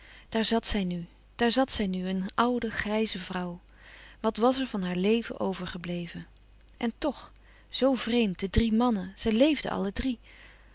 daar zat zij nu daar zat zij nu een oude grijze vrouw wat was er van haar leven overgebleven en toch zoo vreemd de drie mannen zij leefden alle drie